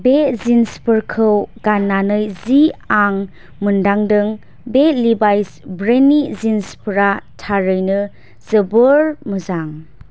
बे जिन्स फोरखौ गाननानै जि आं मोन्दांदों बे लिभाइस ब्रेन्ड नि जिन्स फोरा थारैनो जोबोर मोजां